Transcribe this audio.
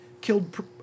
killed